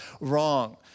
wrong